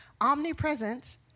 Omnipresent